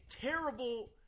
terrible